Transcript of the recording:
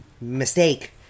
mistake